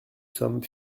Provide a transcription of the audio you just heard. sommes